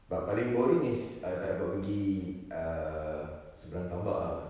but paling boring is err tak dapat pergi err seberang tambak ah